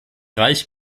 reich